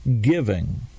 giving